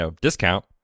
discount